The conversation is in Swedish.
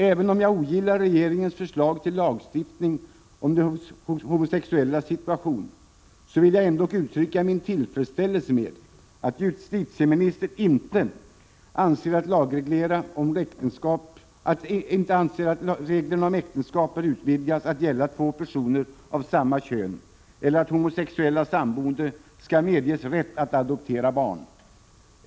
Även om jag ogillar regeringens förslag till lagreglering av de homosexuellas situation, vill jag uttrycka min tillfredsställelse med att justitieministern inte anser att reglerna om äktenskap bör utvidgas till att gälla två personer av samma kön eller att homosexuella samboende skall medges rätt att adoptera barn.